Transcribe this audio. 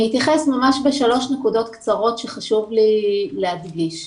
אתייחס בשלוש נקודות קצרות שחשוב לי להדגיש.